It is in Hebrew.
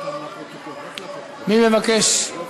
חבר